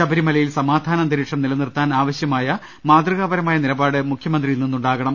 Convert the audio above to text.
ശബരിമലയിൽ സമാധാനാ ന്തരീക്ഷം നിലനിർത്താൻ ആവശ്യമായ മാതൃകാപരമായ നിലപാട് മുഖ്യമന്ത്രിയിൽ നിന്ന് ഉണ്ടാകണം